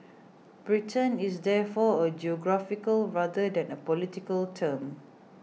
Britain is therefore a geographical rather than a political term